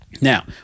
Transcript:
Now